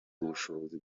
ubushobozi